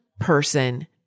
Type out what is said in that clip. person